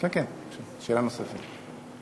כן, כן, שאלה נוספת.